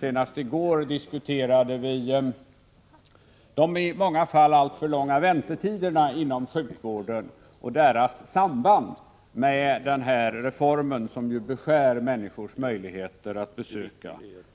Senast i går diskuterade vi de i flera fall alltför långa väntetiderna inom sjukvården och deras samband med denna s.k. Dagmarreform som beskär människornas möjligheter att besöka